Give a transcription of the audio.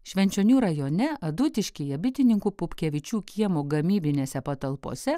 švenčionių rajone adutiškyje bitininkų pupkevičių kiemo gamybinėse patalpose